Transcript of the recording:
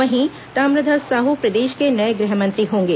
वहीं ताम्रध्वज साहू प्रदेश के नए गृहमंत्री होंगे